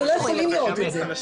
אנחנו לא יכולים לראות את זה.